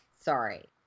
Sorry